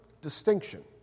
distinction